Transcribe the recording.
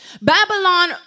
Babylon